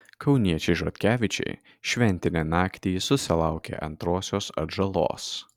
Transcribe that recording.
kauniečiai žotkevičiai šventinę naktį susilaukė antrosios atžalos